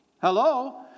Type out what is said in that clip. Hello